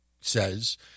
says